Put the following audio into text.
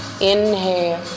inhale